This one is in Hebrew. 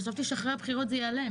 וחשבתי שאחרי הבחירות זה ייעלם